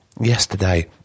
yesterday